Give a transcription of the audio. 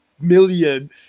million